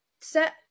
set